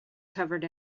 covered